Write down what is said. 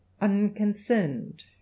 unconcerned